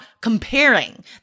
comparing